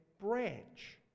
branch